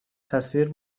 تصویر